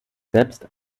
selbst